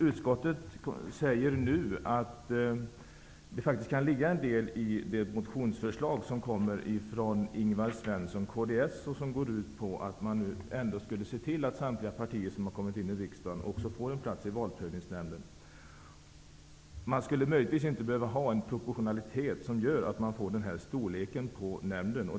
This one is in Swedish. Utskottet säger nu att det faktiskt kan ligga en del i det motionsförslag som kommer från Ingvar Svensson, Kds, och som går ut på att man ändå skulle se till att samtliga partier som har kommit in i riksdagen också får en plats i valprövningsnämnden. Möjligtvis skulle man inte behöva ha en sådan proportionalitet som gör att nämnden blir så stor.